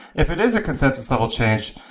if it is a consensus little change,